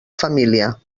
família